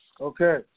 Okay